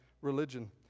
religion